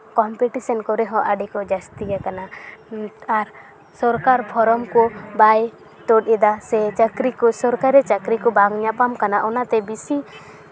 competition ᱠᱚᱨᱮ ᱦᱚᱸ ᱟᱹᱰᱤ ᱠᱚ ᱡᱟᱹᱥᱛᱤᱭᱟᱠᱟᱱᱟ ᱟᱨ ᱥᱚᱨᱠᱟᱨ ᱯᱷᱚᱨᱚᱢ ᱠᱚ ᱵᱟᱭ ᱛᱳᱫ ᱮᱫᱟ ᱥᱮ ᱪᱟᱹᱠᱨᱤ ᱠᱚ ᱥᱚᱨᱠᱟᱨᱤ ᱪᱟᱹᱠᱨᱤ ᱠᱚ ᱵᱟᱝ ᱧᱟᱯᱟᱢ ᱠᱟᱱᱟ ᱚᱱᱟᱛᱮ ᱵᱮᱥᱤ